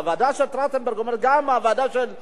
גם הוועדה על יוקר המחיה,